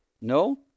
No